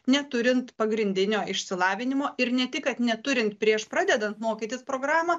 neturint pagrindinio išsilavinimo ir ne tik kad neturint prieš pradedant mokytis programą